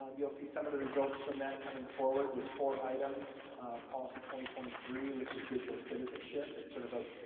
um you'll see some of the results from that coming forward. there's four items policy twenty twenty three which is digital citizenship. it's sort of a